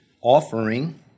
offering